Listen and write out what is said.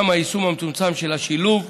גם היישום המצומצם של השילוב.